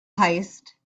heist